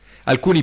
Alcuni